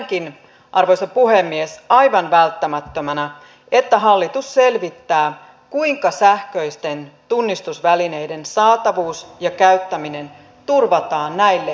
pidänkin arvoisa puhemies aivan välttämättömänä että hallitus selvittää kuinka sähköisten tunnistusvälineiden saatavuus ja käyttäminen turvataan näille henkilöryhmille